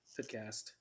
podcast